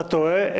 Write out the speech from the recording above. אתה טועה.